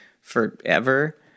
forever